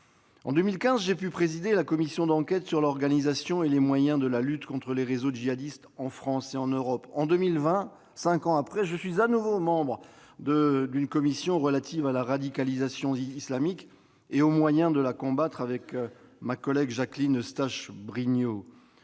En 2015, j'ai présidé la commission d'enquête sur l'organisation et les moyens de la lutte contre les réseaux djihadistes en France et en Europe. En 2020, cinq après, je suis de nouveau membre d'une commission d'enquête relative à la radicalisation islamiste et aux moyens de la combattre, dont la rapporteure est ma collègue Jacqueline Eustache-Brinio.